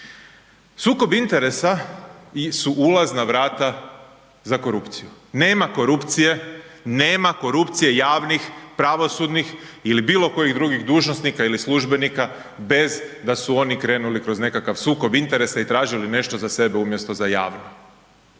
Sukob interesa su ulazna vrata za korupciju. Nema korupcije, nema korupcije javnih, pravosudnih ili bilo kojih drugih dužnosnika ili službenika bez da su oni krenuli kroz nekakav sukob interesa i tražili nešto za sebe umjesto za javnost.